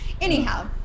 Anyhow